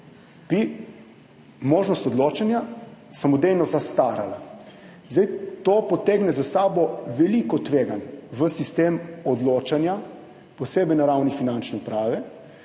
bi možnost odločanja samodejno zastarala. To potegne za sabo veliko tveganje v sistem odločanja, posebej na ravni Finančne uprave,